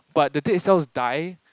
but the dead cells die